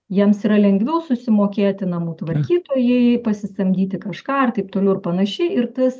jiems yra lengviau susimokėti namų tvarkytojai pasisamdyti kažką ir taip toliau ir panašiai ir tas